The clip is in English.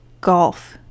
Golf